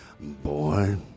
boy